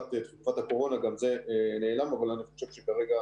לקראת תקופת הקורונה גם זה נעלם אבל אני חושב שכרגע